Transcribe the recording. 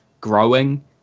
growing